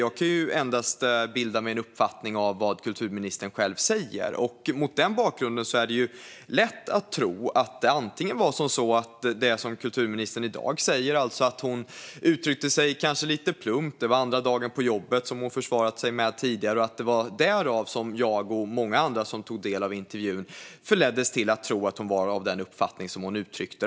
Jag kan endast bilda mig en uppfattning av vad kulturministern själv säger. Mot den bakgrunden är det lätt att tro att det kan ha varit så som kulturministern i dag säger, alltså att hon kanske uttryckte sig lite plumpt - det var andra dagen på jobbet, vilket hon försvarat sig med tidigare - och att det var därför som jag och många andra som tog del av intervjun förleddes att tro att hon var av den uppfattning som hon uttryckte.